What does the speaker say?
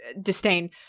disdain